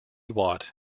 watt